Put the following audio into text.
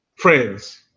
friends